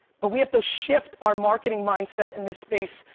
but we have to shift our marketing mindset in this space,